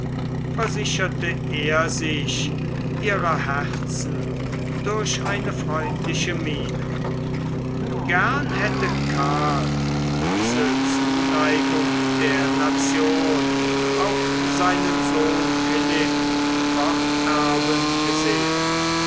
versicherte er sich ihrer herzen durch eine freundliche miene gern hätte karl diese zuneigung der nation auf seinen sohn philipp forterben gesehen